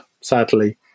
sadly